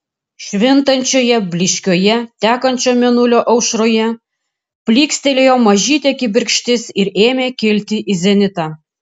švintančioje blyškioje tekančio mėnulio aušroje plykstelėjo mažytė kibirkštis ir ėmė kilti į zenitą